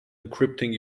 encrypting